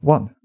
One